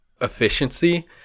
efficiency